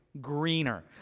greener